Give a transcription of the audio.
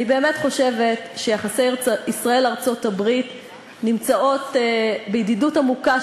אני באמת חושבת שיחסי ישראל ארצות-הברית הם של ידידות עמוקה,